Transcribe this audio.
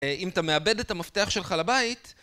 אם אתה מאבד את המפתח שלך לבית